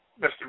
Mr